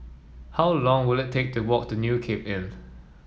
how long will it take to walk to New Cape Inn